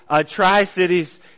Tri-Cities